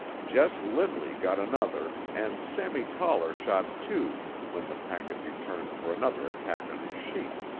jess limley got another and sammy toller shot two when the pack had returned for another attack on his sheep.